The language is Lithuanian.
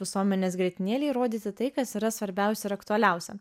visuomenės grietinėlei rodyti tai kas yra svarbiausia ir aktualiausia